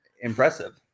Impressive